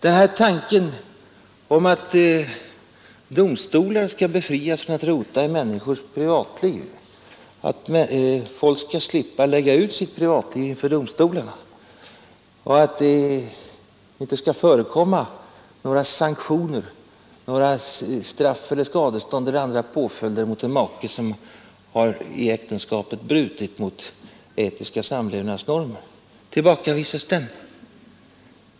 Den här tanken att domstolarna skall befrias från att rota i människornas privatliv, att folk skall slippa lägga ut sitt privatliv inför domstolarna och att det inte skall förekomma några sanktioner, några straff eller skadestånd eller andra påföljder för en make som i äktenskapet har brutit mot etiska samlevnadsnormer — tillbakavisas den?